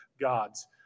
God's